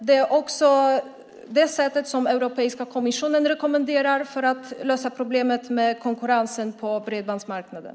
Det är också det sätt som Europeiska kommissionen rekommenderar för att lösa problemet med konkurrensen på bredbandsmarknaden.